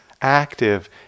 active